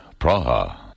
Praha